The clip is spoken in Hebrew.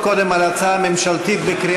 יש פה כמה הצעות חוק במרוכז.